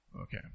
Okay